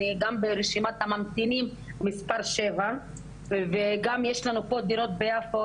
אני גם ברשימת הממתינים מס' 7 וגם יש לנו פה דירות ביפו,